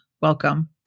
welcome